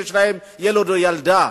ויש להם ילד או ילדה,